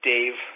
Dave